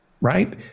right